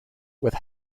with